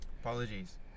Apologies